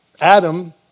Adam